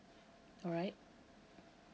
alright